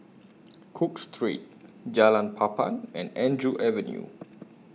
Cook Street Jalan Papan and Andrew Avenue